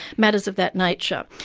matters of that nature.